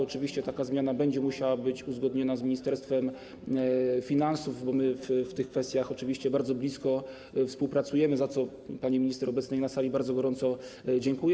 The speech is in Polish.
Oczywiście taka zmiana będzie musiała być uzgodniona z Ministerstwem Finansów, bo my w tych kwestiach bardzo blisko współpracujemy, za co pani minister obecnej na sali bardzo gorąco dziękuję.